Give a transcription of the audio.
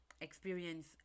experience